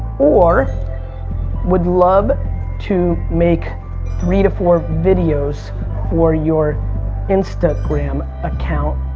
or would love to make three to four videos for your instagram account,